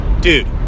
dude